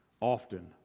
often